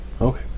Okay